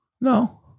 No